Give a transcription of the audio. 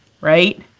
Right